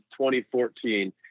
2014